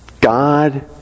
God